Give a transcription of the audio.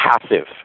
passive